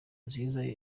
nziza